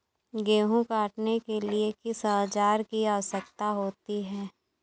गेहूँ काटने के लिए किस औजार की आवश्यकता होती है?